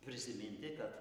prisiminti kad